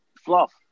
fluff